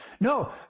No